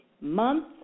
month